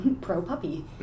pro-puppy